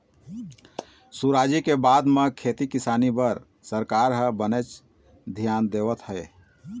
सुराजी के बाद म खेती किसानी बर सरकार ह बनेच धियान देवत हे